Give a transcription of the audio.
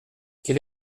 quel